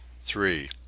three